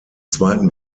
zweiten